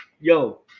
Yo